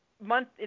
month